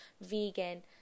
vegan